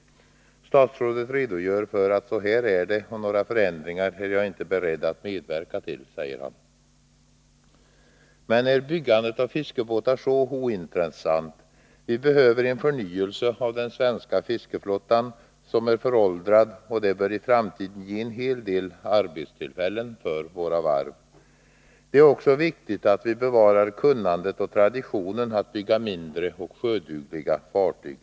Statsrådet redogör för hur det nu är, och ”några förändringar är jag inte beredd att medverka till”, säger han. Men är byggandet av fiskebåtar så ointressant? Vi behöver en förnyelse av den svenska fiskeflottan, som är föråldrad, och det bör i framtiden ge en hel del arbetstillfällen för våra varv. Det är också viktigt att vi bevarar kunnandet och traditionen att bygga Nr 159 mindre och sjödugliga fartyg.